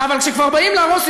אבל כשכבר באים להרוס,